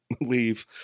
leave